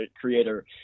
creator